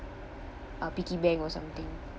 uh piggy bank or something